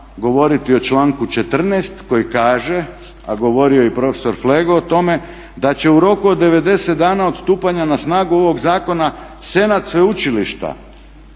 govoriti o članku 14.koji kaže, a govorio je i profesor Flego o tome "Da će u roku od 90 dana od stupnja na snagu ovog zakona Senat Sveučilišta,